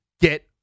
get